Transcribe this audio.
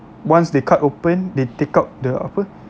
once they cut open they take out the apa